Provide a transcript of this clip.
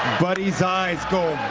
buddy's eyes go,